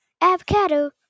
avocado